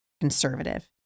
conservative